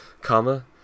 comma